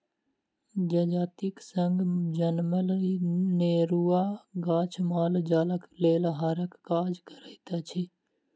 जजातिक संग जनमल अनेरूआ गाछ माल जालक लेल आहारक काज करैत अछि